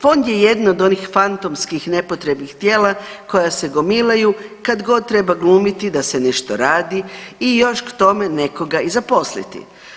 Fond je jedno od onih fantomskih nepotrebnih tijela koja se gomilaju kad god treba glumiti da se nešto radi i još k tome nekoga i zaposliti.